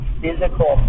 physical